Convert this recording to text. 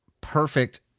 perfect